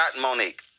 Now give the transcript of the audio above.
Monique